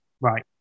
Right